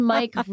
Mike